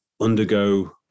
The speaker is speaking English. undergo